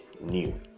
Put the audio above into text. new